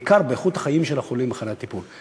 ובעיקר איכות החיים של החולים אחרי הטיפול.